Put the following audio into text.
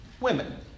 women